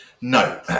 No